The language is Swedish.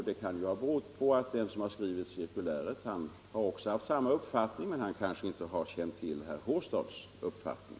Den som har skrivit cirkuläret har kanske inte känt till herr Håstads uppfattning.